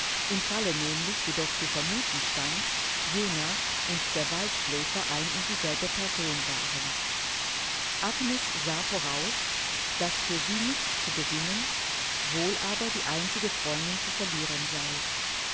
im falle nämlich wie doch zu vermuthen stand jener und der waldschläfer ein und dieselbe person waren agnes sah voraus daß für sie nichts zu gewinnen wohl aber die einzige freundin zu verlieren sei